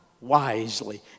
wisely